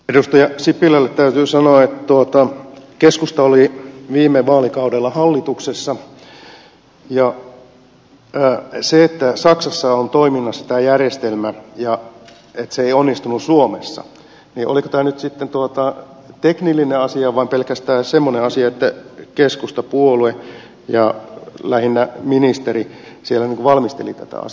edustaja sipilälle täytyy sanoa että keskusta oli viime vaalikaudella hallituksessa ja kun saksassa on toiminnassa tämä järjestelmä ja se ei onnistunut suomessa niin oliko tämä nyt sitten teknillinen asia vai pelkästään semmoinen asia että keskustapuolue ja lähinnä ministeri valmisteli tätä asiaa suomessa